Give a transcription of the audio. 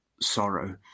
sorrow